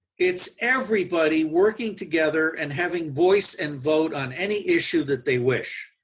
it's everybody working together and having voice and vote on any issue that they wish.